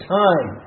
time